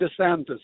DeSantis